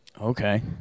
Okay